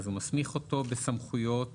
הוא מסמיך אותו בסמכויות